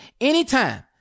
anytime